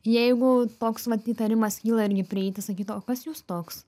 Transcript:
jeigu toks vat įtarimas kyla irgi prieiti sakyt o kas jūs toks